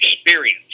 experience